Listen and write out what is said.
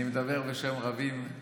אני מדבר בשם רבים באולם הזה.